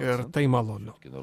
ir tai malonu